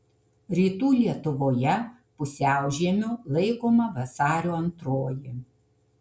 rytų lietuvoje pusiaužiemiu laikoma vasario antroji